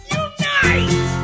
unite